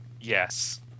Yes